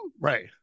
Right